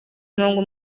murongo